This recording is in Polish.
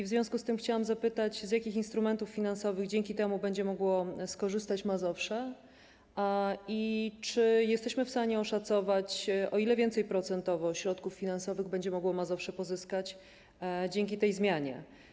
W związku z tym chciałabym zapytać, z jakich instrumentów finansowych będzie mogło dzięki temu skorzystać Mazowsze i czy jesteśmy w stanie oszacować, o ile więcej procentowo środków finansowych będzie mogło pozyskać Mazowsze dzięki tej zmianie.